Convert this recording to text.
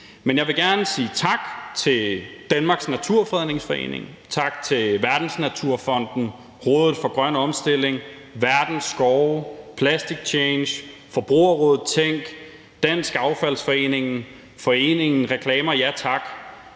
Men jeg vil gerne sige tak til Danmarks Naturfredningsforening, tak til Verdensnaturfonden, Rådet for Grøn Omstilling, Verdens Skove, Plastic Change, Forbrugerrådet Tænk, Dansk Affaldsforening, foreningen Reklamer Ja Tak.